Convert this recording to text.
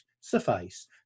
suffice